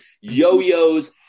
Yo-yos